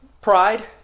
Pride